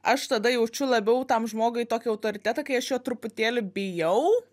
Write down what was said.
aš tada jaučiu labiau tam žmogui tokį autoritetą kai aš jo truputėlį bijau